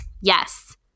Yes